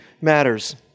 matters